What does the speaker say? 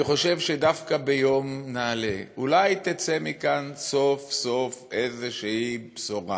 אני חושב שדווקא ביום נעל"ה אולי תצא מכאן סוף-סוף איזושהי בשורה